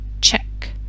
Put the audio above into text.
check